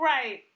Right